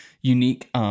unique